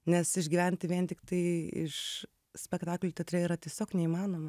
nes išgyventi vien tiktai iš spektaklių teatre yra tiesiog neįmanoma